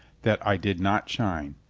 that i did not shine.